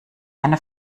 eine